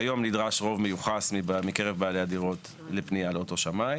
כיום נדרש רוב מיוחס מקרב בעלי הדירות לפנייה לאותו שמאי.